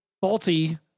faulty